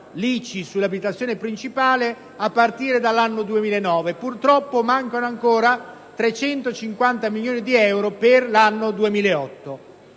l'ICI sull'abitazione principale a partire dall'anno 2009 anche se, purtroppo, mancano ancora 350 milioni di euro per l'anno 2008.